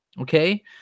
okay